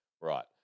Right